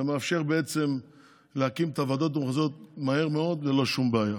וזה מאפשר להקים את הוועדות המחוזיות מהר מאוד ללא שום בעיה.